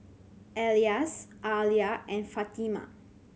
Elyas Alya and Fatimah